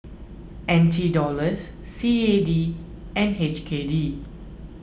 N T Dollars C A D and H K D